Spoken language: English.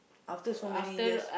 after so many years